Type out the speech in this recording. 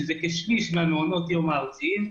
שזה כשליש מהמעונות יום הארציים,